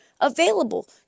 available